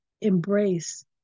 embrace